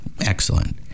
Excellent